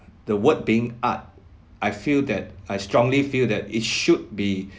the word being art I feel that I strongly feel that it should be